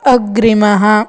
अग्रिमः